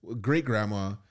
great-grandma